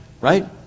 right